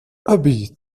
أبي